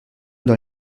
dans